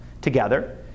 together